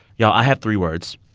yeah i have three words.